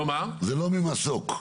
לא ממסוק.